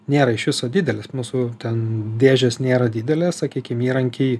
nėra iš viso didelis mūsų ten dėžės nėra didelės sakykim įrankiai